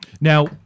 Now